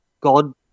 God